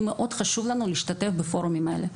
מאוד חשוב לנו להשתתף בפורומים האלה,